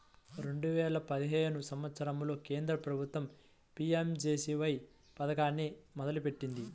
రెండేల పదిహేను సంవత్సరంలో కేంద్ర ప్రభుత్వం పీయంజేజేబీవై పథకాన్ని మొదలుపెట్టింది